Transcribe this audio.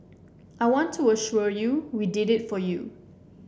I want to assure you we did it for you